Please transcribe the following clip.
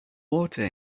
water